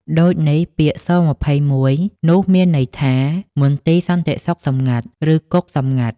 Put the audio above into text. ដូចនេះ ពាក្យ ស.២១ នោះមានន័យថា មន្ទីរសន្តិសុខសុខសម្ងាត់ ឬគុកសម្ងាត់។